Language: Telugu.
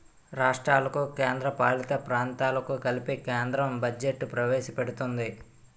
రాష్ట్రాలకు కేంద్రపాలిత ప్రాంతాలకు కలిపి కేంద్రం బడ్జెట్ ప్రవేశపెడుతుంది